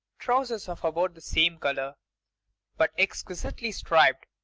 trousers of about the same colour but exquisitely striped,